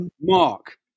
Mark